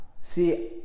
see